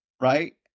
right